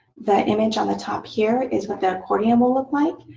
the image on the top here is what the accordion will look like.